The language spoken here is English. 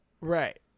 Right